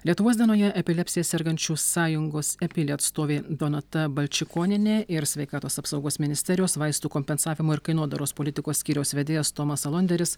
lietuvos dienoje epilepsija sergančių sąjungos epilė atstovė donata balčikonienė ir sveikatos apsaugos ministerijos vaistų kompensavimo ir kainodaros politikos skyriaus vedėjas tomas alonderis